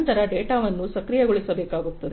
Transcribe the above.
ನಂತರ ಡೇಟಾವನ್ನು ಪ್ರಕ್ರಿಯೆಗೊಳಿಸಬೇಕಾಗುತ್ತದೆ